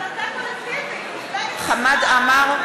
חמד עמאר,